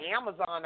Amazon